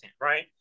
right